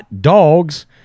Dogs